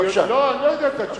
לא, אני לא יודע את התשובה.